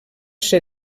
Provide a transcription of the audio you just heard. ser